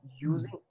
using